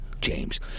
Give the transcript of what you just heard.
James